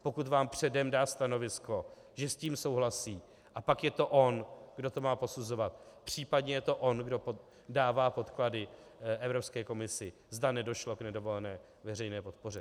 Pokud vám předem dá stanovisko, že s tím souhlasí, a pak je to on, kdo to má posuzovat, případně je to on, kdo dává podklady Evropské komisi, zda nedošlo k nedovolené veřejné podpoře.